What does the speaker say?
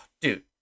Dude